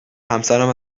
همسرم